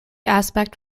aspect